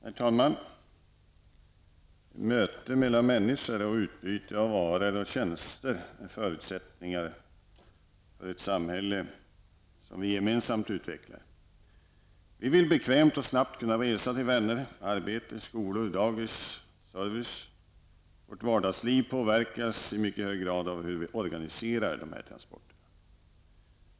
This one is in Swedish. Herr talman! Möten mellan människor och utbyte av varor och tjänster är förutsättningar för det samhälle vi gemensamt utvecklar. Vi vill bekvämt och snabbt kunna resa till vänner, arbete, skolor, dagis och service. Vårt vardagsliv påverkas i mycket hög grad av hur vi organiserar dessa transporter.